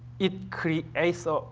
it creates a so